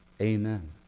Amen